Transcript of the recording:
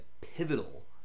pivotal